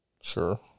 Sure